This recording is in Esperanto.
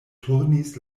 turnis